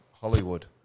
Hollywood